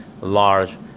large